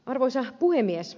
arvoisa puhemies